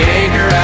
anchor